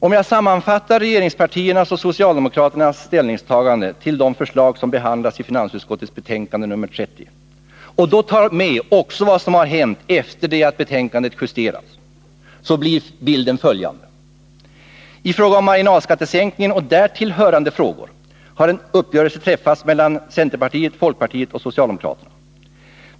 Om jag sammanfattar regeringspartiernas och socialdemokraternas ställningstaganden till de förslag som behandlas i finansutskottets betänkande nr 30 — och då också tar med vad som hänt i marginalskattefrågan efter det att betänkandet justerats — så blir bilden följande. I fråga om marginalskattesänkningen och därtill hörande frågor har en uppgörelse träffats mellan centerpartiet, folkpartiet och socialdemokraterna.